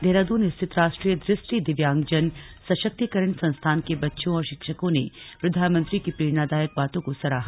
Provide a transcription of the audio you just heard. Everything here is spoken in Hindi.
देहरादून स्थित राष्ट्रीय दु ष्टि दिव्यांगजन सशक्तिकरण संस्थान के बच्चों और शिक्षकों ने प्रधानमंत्री की प्रेरणादायक बातों को सराहा